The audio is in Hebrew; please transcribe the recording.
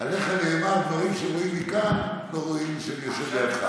עליך נאמר: דברים שרואים מכאן לא רואים כשאני יושב לידך.